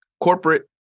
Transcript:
corporate